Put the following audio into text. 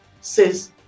says